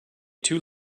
too